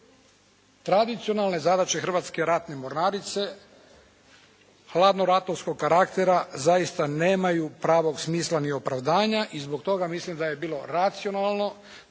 Tradicionalne zadaće Hrvatske ratne mornarice, hladnoratovskog karaktera zaista nemaju pravog smisla ni opravdanja i zbog toga mislim da je bilo racionalno